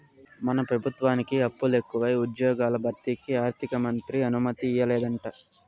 మన పెబుత్వానికి అప్పులెకువై ఉజ్జ్యోగాల భర్తీకి ఆర్థికమంత్రి అనుమతియ్యలేదంట